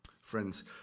Friends